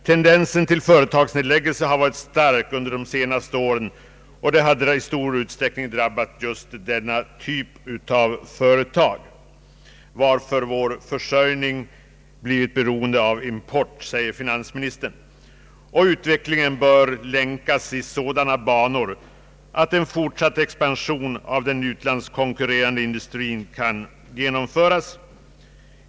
Tendensen till företagsnedläggelser har varit stark under de senaste åren och har i stor utsträckning drabbat just denna typ av företag, varför vår försörjning har blivit beroende av import, säger finans ministern. Utvecklingen bör länkas in i sådana banor att en fortsatt expansion av den utlandskonkurrerande industrin kan genomföras.